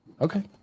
Okay